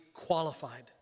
qualified